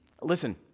Listen